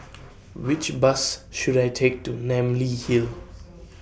Which Bus should I Take to Namly Hill